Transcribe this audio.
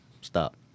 stop